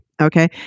Okay